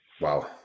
wow